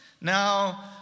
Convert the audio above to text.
Now